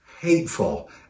hateful